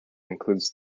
includes